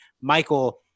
Michael